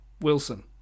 Wilson